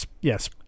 Yes